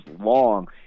long